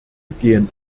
gehen